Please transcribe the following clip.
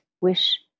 wish